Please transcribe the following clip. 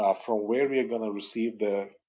ah for where you're going to receive the,